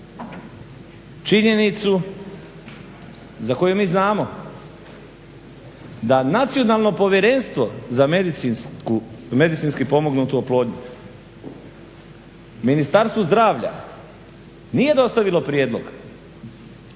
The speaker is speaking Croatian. činjenicu za koju mi znamo da Nacionalno povjerenstvo za medicinski pomognutu oplodnju Ministarstvu zdravlja nije dostavilo prijedlog